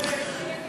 פוליסות,